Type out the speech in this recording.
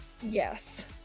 Yes